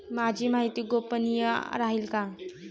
माझी माहिती गोपनीय राहील का?